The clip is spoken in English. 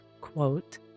quote